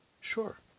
Sure